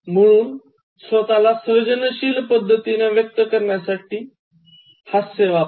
म्हणून स्वत ला सर्जनशील पद्धतीने व्यक्त करण्यासाठी हास्य वापरा